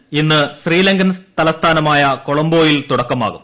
F ഇന്ന് ശ്രീലങ്കൻ തലസ്ഥാനമായ കൊളംബോ യിൽ തുടക്കമാകും